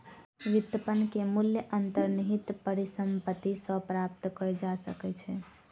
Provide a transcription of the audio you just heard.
व्युत्पन्न के मूल्य अंतर्निहित परिसंपत्ति सॅ प्राप्त कय जा सकै छै